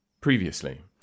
previously